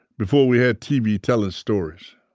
before we had tv, telling stories.